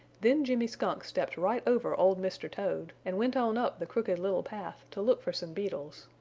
then jimmy skunk stepped right over old mr. toad, and went on up the crooked little path to look for some beetles.